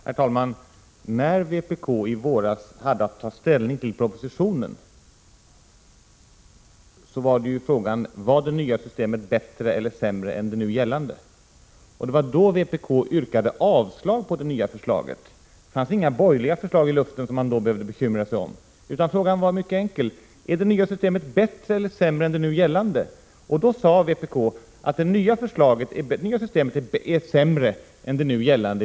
Herr talman! När vpk i våras hade att ta ställning till propositionen var frågan: Var det nya systemet bättre eller sämre än det nu gällande? Det var då som vpk yrkade avslag på förslaget till nytt system. Då fanns inga borgerliga förslag i luften som ni behövde bekymra er om, utan frågan var mycket enkel: Är det nya systemet bättre eller sämre än det gällande? Då sade vpk: Det föreslagna nya systemet är sämre än det nu gällande.